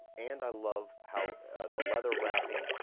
and i love how the leather wrapping,